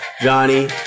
Johnny